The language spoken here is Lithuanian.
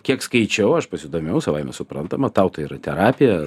kiek skaičiau aš pasidomėjau savaime suprantama tau tai yra terapija